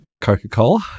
Coca-Cola